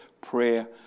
prayer